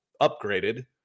upgraded